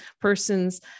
person's